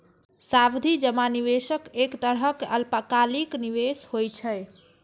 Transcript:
सावधि जमा निवेशक एक तरहक अल्पकालिक निवेश होइ छै